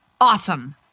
Awesome